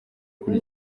kuri